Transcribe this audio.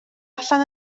allan